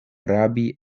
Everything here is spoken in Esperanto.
rabi